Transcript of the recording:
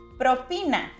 propina